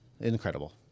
incredible